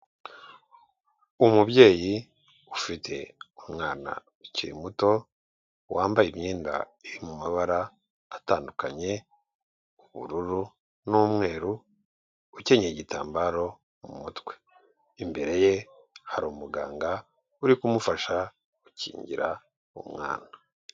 Umubyeyi ufite umwana ukiri muto, wambaye imyenda mu mabara atandukanye, ubururu n'umweru, ukenyeye igitambaro mu mutwe, imbere ye hari umuganga uri kumufasha gukingira umwana.